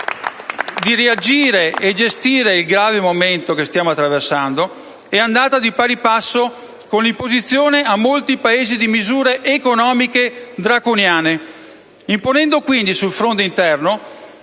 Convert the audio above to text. di reagire e gestire il grave momento attuale è andata di pari passo con l'imposizione a molti Paesi di misure economiche draconiane, impedendo quindi sul fronte interno